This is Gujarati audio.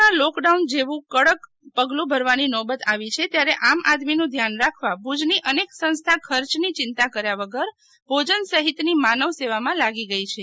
કોરોના લોક ડાઉન જેવુ કડક પગલું ભરવાની નોબત આવી છે ત્યારે આમ આદમી નું ધ્યાન રાખવા ભુજની અનેક સંસ્થા ખર્ચ ની ચિંતા કર્યા વગર ભોજન સહિત ની માનવ સેવા માં લાગી ગઈ છે